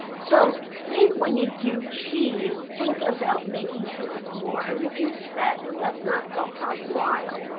so think when you do cheese, think about making sure it's more or reduce fat, and let's not go hog wild.